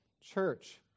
church